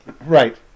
right